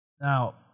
Now